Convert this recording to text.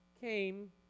came